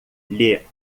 lhe